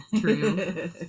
true